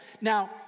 Now